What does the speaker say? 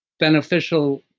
beneficial,